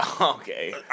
Okay